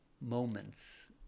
moments